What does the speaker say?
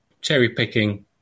cherry-picking